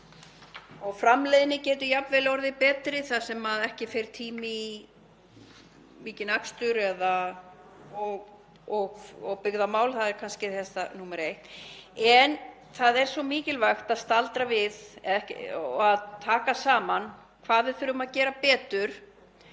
og framleiðni getur jafnvel orðið betri þar sem ekki fer tími í mikinn akstur. Og byggðamál, það er kannski númer eitt. Það er mikilvægt að staldra við og taka saman hvað við þurfum að gera betur.